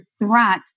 threat